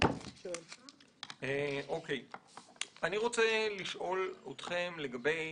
אני רוצה לשאול אתכם לגבי